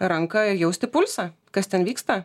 ranka jausti pulsą kas ten vyksta